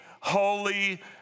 holy